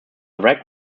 wreck